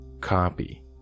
copy